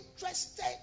interested